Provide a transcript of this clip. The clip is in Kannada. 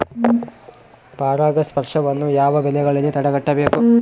ಪರಾಗಸ್ಪರ್ಶವನ್ನು ಯಾವ ಬೆಳೆಗಳಲ್ಲಿ ತಡೆಗಟ್ಟಬೇಕು?